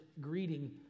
greeting